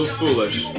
foolish